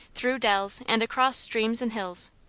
through dells, and across streams and hills.